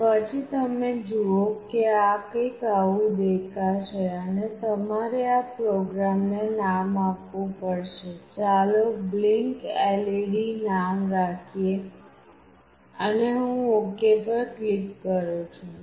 અને પછી તમે જુઓ કે આ કંઈક આવું દેખાશે અને તમારે આ પ્રોગ્રામને નામ આપવું પડશે ચાલો blinkLED નામ રાખીએ અને હું OK પર ક્લિક કરું છું